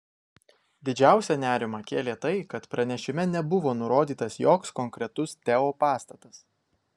didžiausią nerimą kėlė tai kad pranešime nebuvo nurodytas joks konkretus teo pastatas